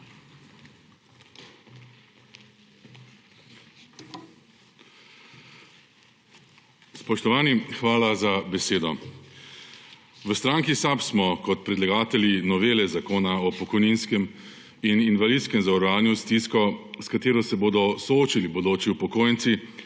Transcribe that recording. hvala za besedo.